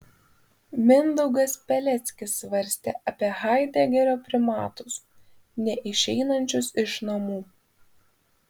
mindaugas peleckis svarstė apie haidegerio primatus neišeinančius iš namų